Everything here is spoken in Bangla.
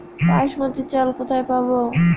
বাসমতী চাল কোথায় পাবো?